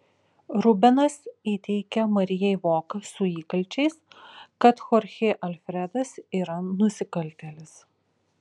rubenas įteikia marijai voką su įkalčiais kad chorchė alfredas yra nusikaltėlis